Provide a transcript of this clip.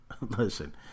Listen